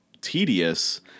tedious